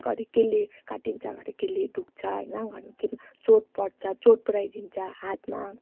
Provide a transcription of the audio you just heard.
घरि कसले काटिन्छ घरि कसले दुख्छ होइन घरि चोट पर्छ चोट पुऱ्याइ दिन्छ हातमा